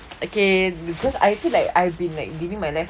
okay because I feel like I've been like living my life